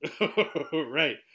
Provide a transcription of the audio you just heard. Right